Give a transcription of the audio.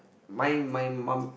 my my mum